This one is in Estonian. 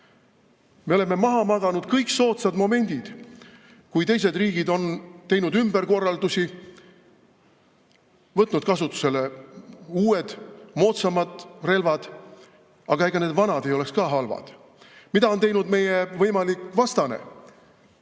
oleme maha maganud kõik soodsad momendid, kui teised riigid on teinud ümberkorraldusi, võtnud kasutusele uued moodsamad relvad. Aga ega need vanad ei oleks ka halvad. Mida on teinud meie võimalik vastane?